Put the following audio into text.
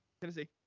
Tennessee